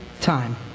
time